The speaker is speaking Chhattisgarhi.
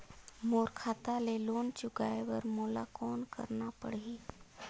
मोर खाता ले लोन चुकाय बर मोला कौन करना पड़ही?